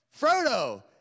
Frodo